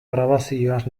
grabazioaz